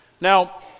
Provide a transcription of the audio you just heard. Now